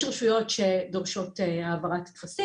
יש רשויות שדורשות העברת הטפסים,